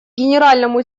генеральному